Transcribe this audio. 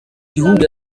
gihugu